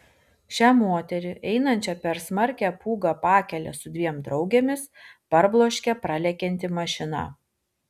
šią moterį einančią per smarkią pūgą pakele su dviem draugėmis parbloškė pralekianti mašina